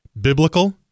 Biblical